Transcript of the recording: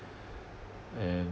and